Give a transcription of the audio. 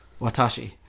Watashi